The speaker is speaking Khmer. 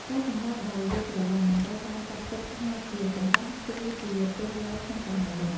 ការសម្លាប់ «ដោយយល់ច្រឡំ» មិនត្រូវបានគេចាត់ទុកថាជាកំហុស ឬជាទោសឡើយក្នុងសម័យនោះ។